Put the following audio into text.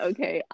Okay